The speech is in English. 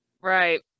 Right